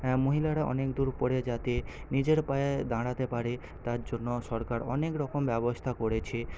মহিলারা অনেক দূর পড়ে যাতে নিজের পায়ে দাঁড়াতে পারে তার জন্য সরকার অনেক রকম ব্যবস্থা করেছে